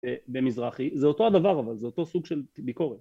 במזרחי, זה אותו הדבר אבל זה אותו סוג של ביקורת